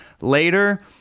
later